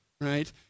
right